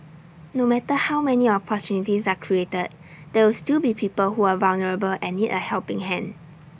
no matter how many opportunities are created there will still be people who are vulnerable and need A helping hand